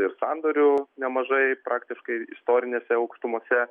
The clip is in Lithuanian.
ir sandorių nemažai praktiškai istorinėse aukštumose